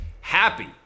Happy